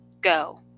go